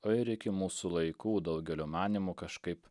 o ir iki mūsų laikų daugelio manymu kažkaip